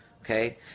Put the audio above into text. Okay